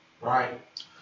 Right